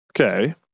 okay